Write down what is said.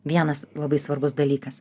vienas labai svarbus dalykas